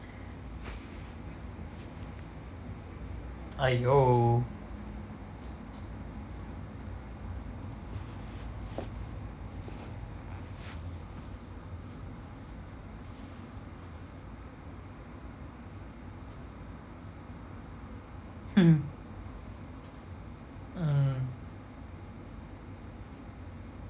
!aiyo! mm